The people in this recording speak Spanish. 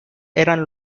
eran